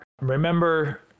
Remember